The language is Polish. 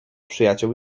przyjaciół